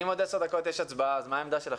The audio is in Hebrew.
אם בעוד עשר דקות יש הצבעה, אז מה העמדה שלכם?